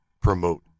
Promote